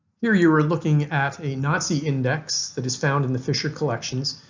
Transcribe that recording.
here you are looking at a nazi index that is found in the fisher collections.